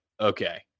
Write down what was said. okay